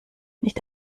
nicht